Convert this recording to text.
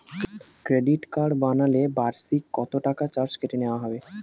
Credit card বানালে বার্ষিক কত টাকা চার্জ কেটে নেওয়া হবে?